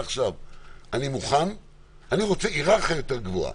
אני רוצה היררכיה יותר גבוהה.